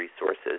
resources